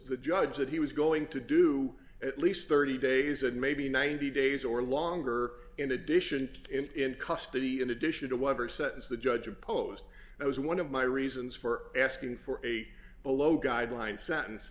the judge that he was going to do at least thirty days and maybe ninety days or longer in addition to in custody in addition to whatever sentence the judge imposed was one of my reasons for asking for a bolo guideline sentence